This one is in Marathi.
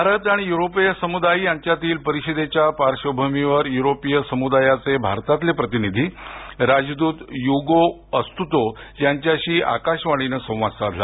भारत आणि युरोपीय समुदाय यांच्यातील परिषदेच्या पार्श्वभूमीवर युरोपीय समुदायाचे भारतातील प्रतिनिधी राजदूत उगो अस्तुतो यांच्याशी आकाशवाणीनं संवाद साधला